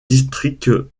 districts